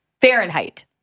Fahrenheit